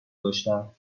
داشتم